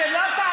אתם לא תאמינו,